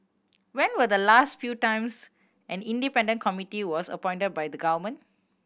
when were the last few times an independent committee was appointed by the government